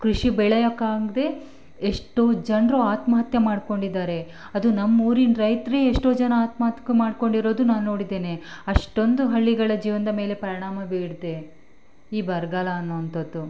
ಕೃಷಿ ಬೆಳೆಯೋಕಾಗ್ದೇ ಎಷ್ಟೋ ಜನರು ಆತ್ಮಹತ್ಯೆ ಮಾಡಿಕೊಂಡಿದಾರೆ ಅದು ನಮ್ಮ ಊರಿನ ರೈತರೇ ಎಷ್ಟೋ ಜನ ಆತ್ಮಹತ್ಯಾ ಮಾಡಿಕೊಂಡಿರೋದು ನಾನು ನೋಡಿದ್ದೇನೆ ಅಷ್ಟೊಂದು ಹಳ್ಳಿಗಳ ಜೀವನದ ಮೇಲೆ ಪರಿಣಾಮ ಬೀರ್ದೆ ಈ ಬರಗಾಲ ಅನ್ನೋಂಥದ್ದು